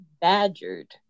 badgered